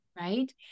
Right